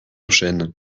chêne